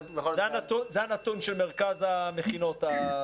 זה הנתון של מרכז המכינות.